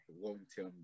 long-term